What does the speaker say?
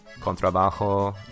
contrabajo